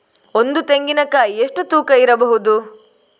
ಒಂದು ತೆಂಗಿನ ಕಾಯಿ ಎಷ್ಟು ತೂಕ ಬರಬಹುದು?